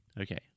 Okay